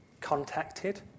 contacted